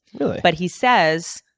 really? but he says,